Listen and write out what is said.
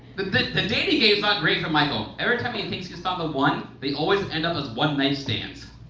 but the the dating game's not great for michael. every time he thinks he's found ah the one they always end up as one knife stands.